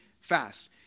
fast